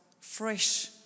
fresh